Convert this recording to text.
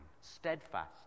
Steadfast